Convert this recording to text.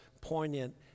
poignant